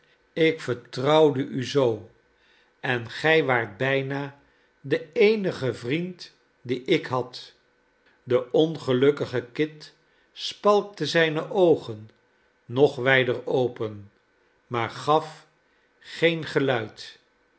ik vertrouwde u zoo en gij waart bijna de eenige vriend dien ik had de ongelukkige kit spalkte zijne oogen nog wijder open maar gaf geen geluid